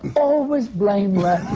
always blameless!